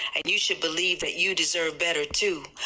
and you should believer that you deserve better, too.